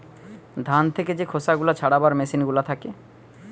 ধান থেকে যে খোসা গুলা ছাড়াবার মেসিন গুলা থাকে